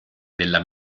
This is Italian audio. della